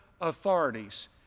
authorities